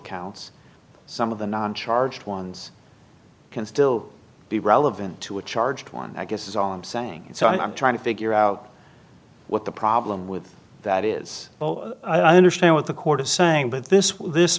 counts some of the non charged ones can still be relevant to a charged one i guess is all i'm saying so i'm trying to figure out what the problem with that is i don't understand what the court is saying but this